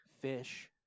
fish